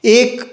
एक